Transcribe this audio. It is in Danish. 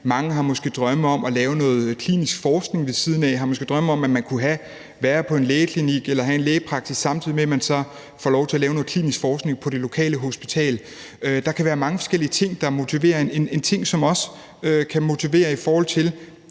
Mange har måske drømme om at lave noget klinisk forskning ved siden af eller om at kunne være på en lægeklinik eller have en lægepraksis, samtidig med at man så får lov til at lave noget klinisk forskning på det lokale hospital. Der kan være mange forskellige ting, der motiverer. En ting, som også kan motivere, i forhold til